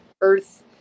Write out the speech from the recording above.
earth